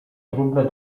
trudne